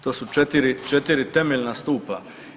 To su četiri temeljna stupa.